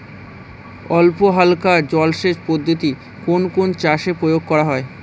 অল্পহালকা জলসেচ পদ্ধতি কোন কোন চাষে প্রয়োগ করা হয়?